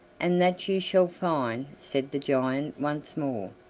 and that you shall find, said the giant once more.